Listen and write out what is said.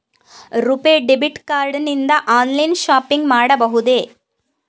RuPay debit card ನಿಂದ online shopping ಮಾಡಬಹುದೇ?